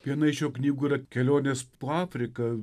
viena iš jo knygų yra kelionės po afriką